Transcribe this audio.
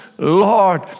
Lord